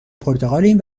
پرتغالیم